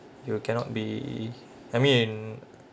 you cannot be I mean